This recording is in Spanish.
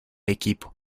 equipo